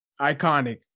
Iconic